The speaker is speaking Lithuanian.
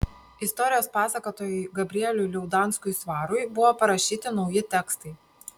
istorijos pasakotojui gabrieliui liaudanskui svarui buvo parašyti nauji tekstai